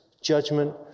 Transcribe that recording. judgment